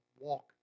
walk